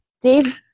Dave